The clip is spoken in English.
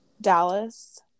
Dallas